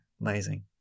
Amazing